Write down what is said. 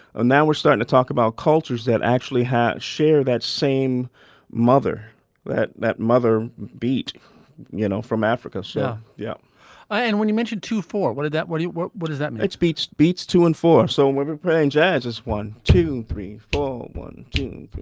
and now we're starting to talk about cultures that actually share that same mother that that mother beat you know from africa. so yeah. yeah and when you mentioned to four what did that what what what does that mean it's beats beats two and four. so and when we're playing jazz it's one two three four one two